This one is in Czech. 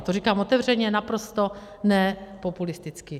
Já to říkám otevřeně, naprosto nepopulisticky.